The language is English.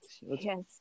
yes